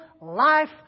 life